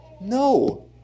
No